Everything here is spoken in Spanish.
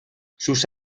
sus